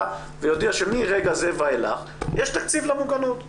ויודיע שמרגע זה ואילך יש תקציב למוגנות.